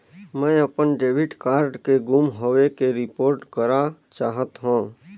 मैं अपन debit card के गुम होवे के रिपोर्ट करा चाहत हों